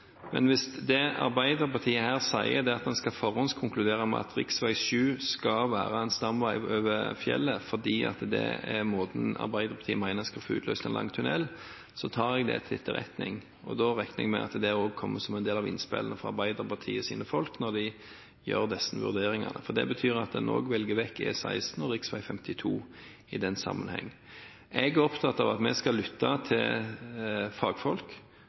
Men hvis det Arbeiderpartiet her sier, er at man skal forhåndskonkludere med at rv. 7 skal være en stamvei over fjellet, fordi det er måten Arbeiderpartiet mener en skal få utløst en lang tunnel på, så tar jeg det til etterretning. Da regner jeg med at det også kommer som en del av innspillene fra Arbeiderpartiets folk når de gjør disse vurderingene. For det betyr at en også velger vekk E16 og rv. 52 i den sammenheng. Jeg er opptatt av at vi skal lytte til fagfolk,